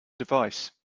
device